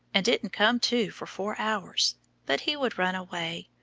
and didn't come to for four hours but he would run away,